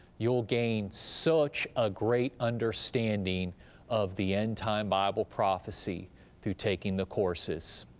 you'll gain such a great understanding of the end-time bible prophecy through taking the courses,